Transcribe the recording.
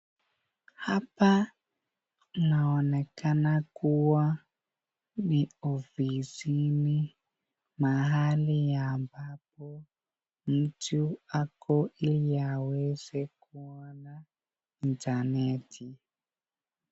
Hapa inaonekana kuwa ni ofisini mahali ambapo mtu ako ili aweze kuwa na (cs)interneti(cs).